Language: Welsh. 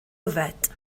yfed